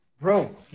Bro